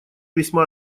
весьма